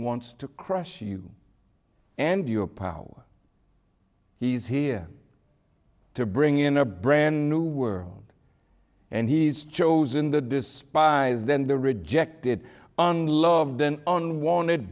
wants to crush you and your power he's here to bring in a brand new world and he's chosen the despised then the rejected unloved and unwanted